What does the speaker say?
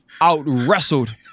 out-wrestled